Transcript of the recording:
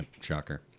shocker